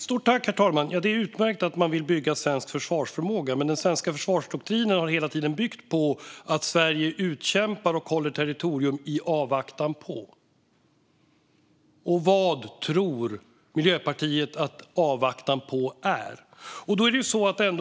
Herr talman! Det är utmärkt att man vill bygga svensk försvarsförmåga. Men den svenska försvarsdoktrinen har hela tiden byggt på att Sverige kämpar och håller territorium "i avvaktan på". I avvaktan på vad, tror Miljöpartiet?